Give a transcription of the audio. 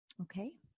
Okay